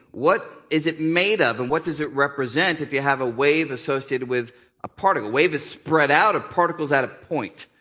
what is it made of and what does it represent if you have a wave associated with a particle. a wave is spread out, a particle is at a point.